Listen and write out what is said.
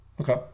Okay